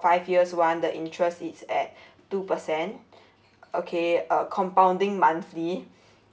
five years one the interest it's at two percent okay uh compounding monthly